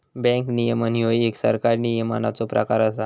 bank नियमन ह्यो एक सरकारी नियमनाचो प्रकार असा